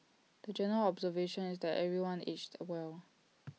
the general observation is that everyone aged well